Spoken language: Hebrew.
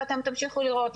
ואתם תמשיכו לראות,